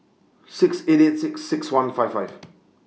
six eight eight six six one five five